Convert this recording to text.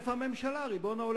איפה הממשלה, ריבון העולמים?